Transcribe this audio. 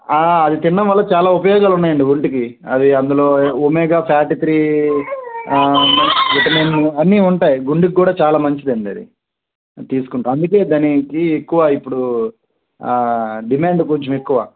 అది తినడం వల్ల చాలా ఉపయోగాలు ఉన్నాయండి ఒంటికి అది అందులో ఒమేగా ఫ్యాటీ త్రీ విటమిన్లు అన్నీ ఉంటాయి గుండెకు కూడా చాలా మంచిది అండి అది తీసుకుంటారా అందుకే దానికి ఎక్కువ ఇప్పుడు డిమాండ్ కొంచెం ఎక్కువ